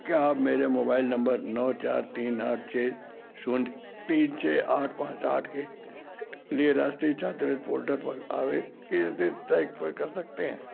क्या आप मेरे मोबाइल नम्बर नौ चार तीन आठ छः शून्य तीन छः आठ पाँच आठ के लिए राष्ट्रीय छात्रवृत्ति पोर्टल पर आवेदन की स्थित तैक पर कर सकते हैं